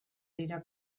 dira